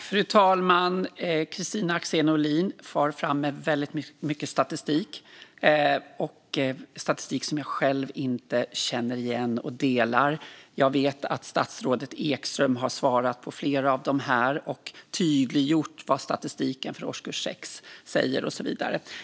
Fru talman! Kristina Axén Olin far fram med mycket statistik. Det är statistik som jag själv inte känner igen. Jag vet att statsrådet Ekström har svarat på flera av frågorna och tydliggjort vad statistiken för årskurs 6 visar, och så vidare.